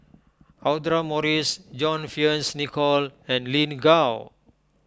Audra Morrice John Fearns Nicoll and Lin Gao